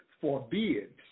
forbids